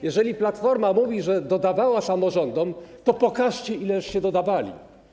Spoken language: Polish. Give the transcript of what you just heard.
Jeżeli Platforma mówi, że dodawała samorządom, to pokażcie, ileście dodawali.